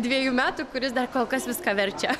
dviejų metų kuris dar kol kas viską verčia